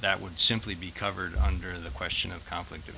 that would simply be covered under the question of conflict of